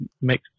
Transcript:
make